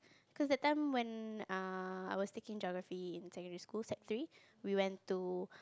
cause that time when err I was taking Geography in secondary school sec three we went to